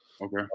Okay